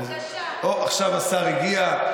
אוה, עכשיו השר הגיע.